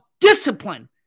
discipline